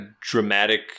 dramatic